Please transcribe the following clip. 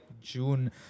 June